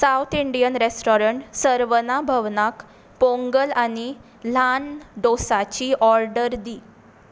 south Indian restaurant Saravana भवनाक पोंगल आनी ल्हान डोसाची ऑर्डर दी